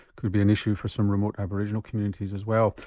could be an issue for some remote aboriginal communities as well.